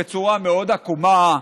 בצורה מאוד עקומה,